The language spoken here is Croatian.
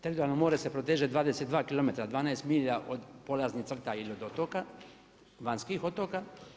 Teritorijalno more se proteže 22 km, 12 milja od polaznih crta ili od otoka, vanjskih otoka.